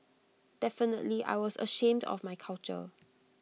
definitely I was ashamed of my culture